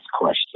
question